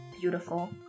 Beautiful